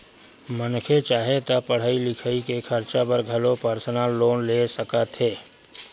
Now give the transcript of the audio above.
मनखे चाहे ता पड़हई लिखई के खरचा बर घलो परसनल लोन ले सकत हे